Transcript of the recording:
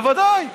בוודאי.